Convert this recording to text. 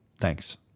Thanks